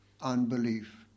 unbelief